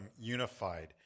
unified